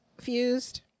fused